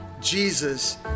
Jesus